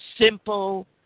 simple